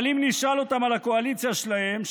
אבל אם נשאל אותם על הקואליציה שלהם,